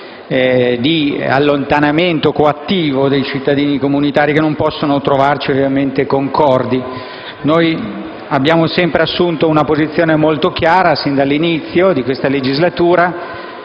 di allontanamento coattivo dei cittadini comunitari che non possono però trovarci concordi. Abbiamo sempre assunto una posizione molto chiara, sin dall'inizio di questa legislatura;